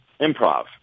improv